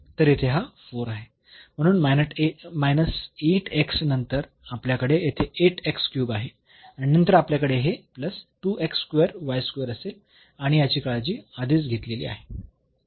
तर येथे हा 4 आहे म्हणून नंतर आपल्याकडे येथे आहे आणि नंतर आपल्याकडे हे असेल आणि याची काळजी आधीच घेतलेली आहे